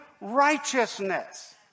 righteousness